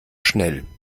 schnell